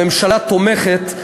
הממשלה תומכת,